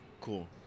Cool